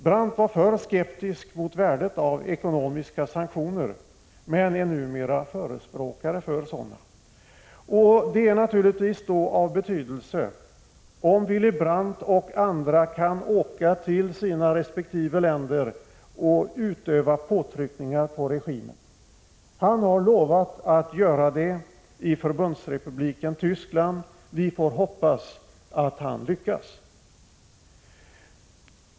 Brandt var förr skeptisk till värdet av ekonomiska sanktioner, men är numera en förespråkare av sanktioner. Det är naturligtvis av betydelse om Willy Brandt och andra kan åka till sina resp. länder och utöva påtryckningar på sina resp. regeringar. Willy Brandt har lovat att göra det i Förbundsrepubliken Tyskland. Vi får hoppas att han lyckas.